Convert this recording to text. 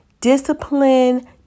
discipline